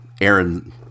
Aaron